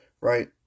right